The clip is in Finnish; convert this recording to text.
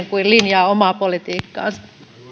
kuin linjaa omaa politiikkaansa arvoisa